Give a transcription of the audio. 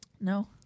No